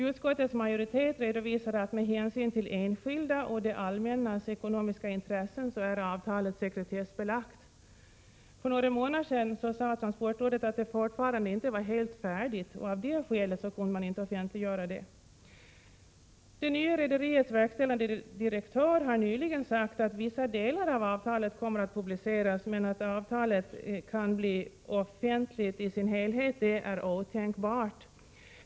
Utskottets majoritet redovisar att med hänsyn till enskilda och det allmännas ekonomiska intressen är avtalet sekretessbelagt. För några månader sedan sade transportrådet att det fortfarande inte var helt färdigt och att det av det skälet inte kunde offentliggöras. Det nya rederiets verkställande direktör har nyligen sagt att vissa delar av avtalet kommer att publiceras men att det är otänkbart att hela avtalet kan bli offentligt.